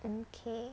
okay